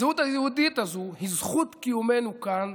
הזהות היהודית הזו היא זכות קיומנו כאן,